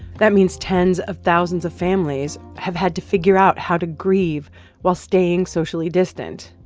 that means tens of thousands of families have had to figure out how to grieve while staying socially distant.